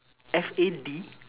F A D